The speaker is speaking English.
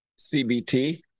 CBT